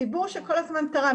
ציבור שכל הזמן תרם.